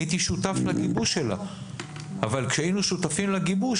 הייתי שותף לגיבוש שלה אבל כשהיינו שותפים לגיבוש,